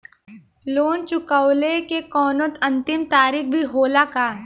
Loan चुकवले के कौनो अंतिम तारीख भी होला का?